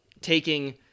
taking